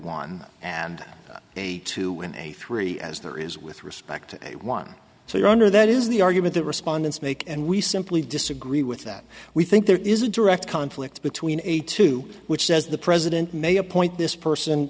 won and a to win a three as there is with respect one so your honor that is the argument the respondents make and we simply disagree with that we think there is a direct conflict between a two which says the president may appoint this person